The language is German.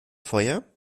feuer